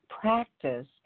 practice